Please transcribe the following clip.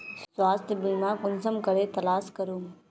स्वास्थ्य बीमा कुंसम करे तलाश करूम?